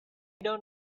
not